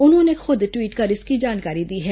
उन्होंने खुद ट्वीट कर इसकी जानकारी दी है